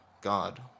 God